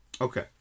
okay